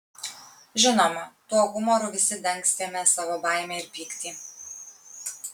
žinoma tuo humoru visi dangstėme savo baimę ir pyktį